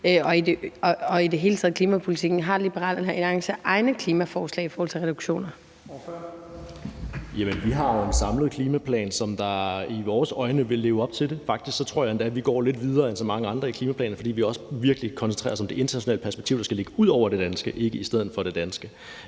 Kl. 12:39 Første næstformand (Leif Lahn Jensen): Ordføreren. Kl. 12:39 Steffen W. Frølund (LA): Jamen vi har jo en samlet klimaplan, som i vores øjne vil leve op til det. Faktisk tror jeg endda, vi går lidt videre end så mange andre i klimaplanen, fordi vi også virkelig koncentrerer os om det internationale perspektiv, der skal ligge ud over det danske, ikke i stedet for det danske,